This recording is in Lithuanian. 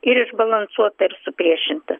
ir išbalansuota ir supriešinta